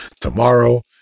Tomorrow